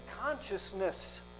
consciousness